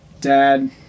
dad